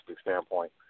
standpoint